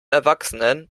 erwachsenen